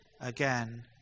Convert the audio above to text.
again